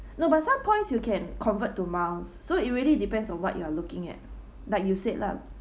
no but some points you can convert to miles so it really depends on what you are looking at like you said lah